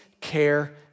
care